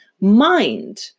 mind